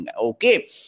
Okay